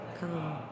come